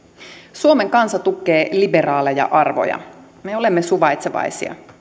suomen kansa tukee liberaaleja arvoja me olemme suvaitsevaisia